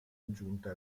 aggiunta